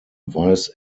vice